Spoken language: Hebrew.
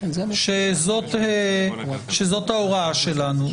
וזאת ההוראה שלנו,